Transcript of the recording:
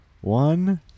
one